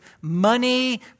money